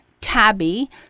tabby